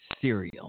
cereal